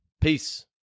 Peace